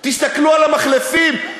תסתכלו על המחלפים.